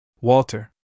Walter